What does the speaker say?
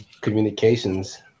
communications